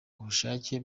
ubushake